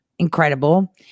Incredible